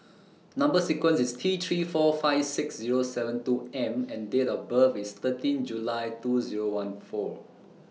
Number sequence IS T three four five six Zero seven two M and Date of birth IS thirteen July two Zero one four